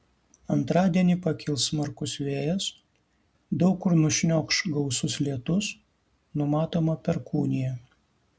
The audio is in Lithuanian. antradienį pakils smarkus vėjas daug kur nušniokš gausus lietus numatoma perkūnija